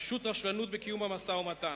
פשוט רשלנות בקיום המשא-ומתן,